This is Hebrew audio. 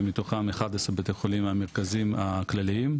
שמתוכם 11 בתי החולים המרכזיים הכלליים,